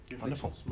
wonderful